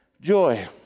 joy